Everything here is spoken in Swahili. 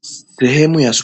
Sehemu ya